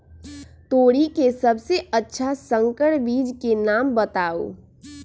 तोरी के सबसे अच्छा संकर बीज के नाम बताऊ?